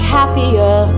happier